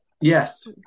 Yes